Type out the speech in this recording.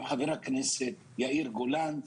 עם חבר הכנסת יאיר גולן.